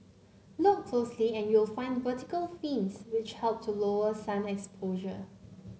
look closely and you'll find vertical fins which help to lower sun exposure